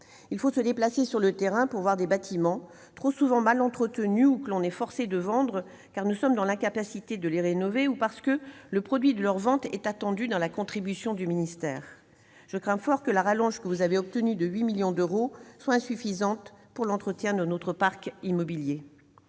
Il faut se déplacer sur le terrain pour voir des bâtiments trop souvent mal entretenus ou que nous sommes forcés de vendre, car nous sommes dans l'incapacité de les rénover ou parce que le produit de leur vente est attendu dans la contribution du ministère. Je crains fort que la rallonge de 8 millions d'euros que vous avez obtenue, monsieur le ministre, ne soit insuffisante pour l'entretien de notre parc immobilier.